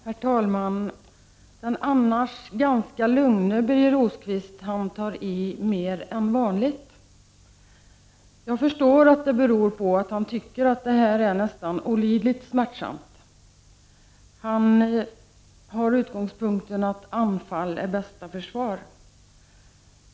Herr talman! Den annars ganska lugne Birger Rosqvist tar i mer än vanligt. Jag förstår att det beror på att han tycker att det här är nästan olidligt smärtsamt. Han har utgångspunkten att anfall är bästa försvar.